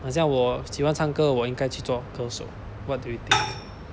很像我喜欢唱歌我应该去做歌手 what do you think